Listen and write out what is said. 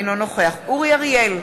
אינו נוכח אורי אריאל,